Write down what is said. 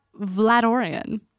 Vladorian